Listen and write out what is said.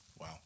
Wow